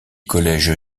collège